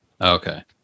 Okay